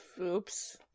Oops